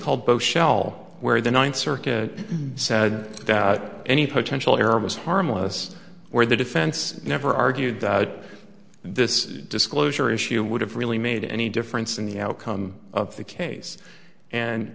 called both shell where the ninth circuit said that any potential error was harmless where the defense never argued that this disclosure issue would have really made any difference in the outcome of the case and